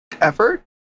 effort